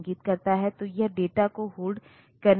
यह input output या memory है